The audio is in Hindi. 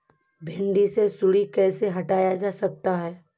भिंडी से सुंडी कैसे हटाया जा सकता है?